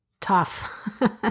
Tough